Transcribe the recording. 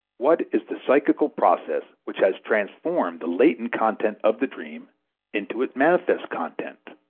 what is the psychical process which has transformed the latent content of the dream into its manifest content?